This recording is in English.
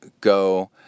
go